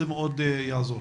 זה מאוד יעזור.